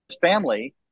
family